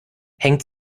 hängt